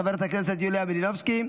חברת הכנסת יוליה מלינובסקי,